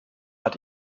hat